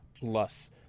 plus